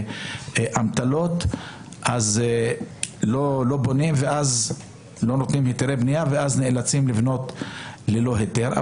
ואמתלות לא בונים ולא נותנים היתרי בנייה ואז נאלצים לבנות בלי היתר.